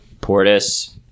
Portis